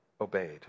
obeyed